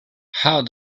how